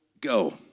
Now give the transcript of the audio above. go